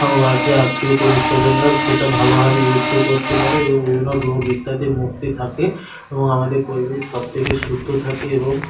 এবং বাড়িতে আত্মীয় পরিস্বজনরা যেটা ভালোভাবে ইউসও করতে পারে এবং বিভিন্ন রোগ ইত্যাদির মুক্তি থাকে এবং আমাদের পরিবেশ সবথেকে শুদ্ধ থাকে এবং